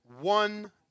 one